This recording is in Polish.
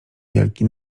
wielki